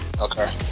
Okay